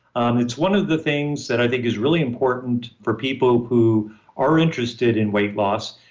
and it's one of the things that i think is really important for people who are interested in weight loss,